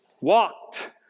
walked